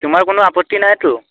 তোমাৰ কোনো আপত্তি নাইতো